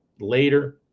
later